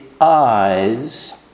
eyes